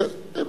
בסדר.